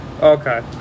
Okay